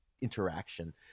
interaction